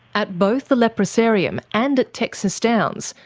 at both the leprosarium and at texas downs,